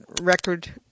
record